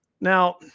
Now